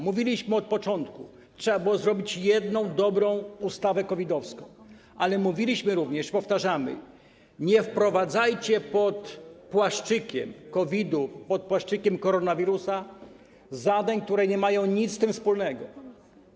Mówiliśmy od początku: trzeba było zrobić jedną dobrą ustawę COVID-owską, ale mówiliśmy również i powtarzamy: nie wprowadzajcie pod płaszczykiem COVID-u, pod płaszczykiem koronawirusa zadań, które nie mają z tym nic wspólnego.